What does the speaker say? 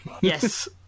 Yes